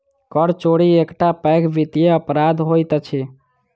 कर चोरी एकटा पैघ वित्तीय अपराध होइत अछि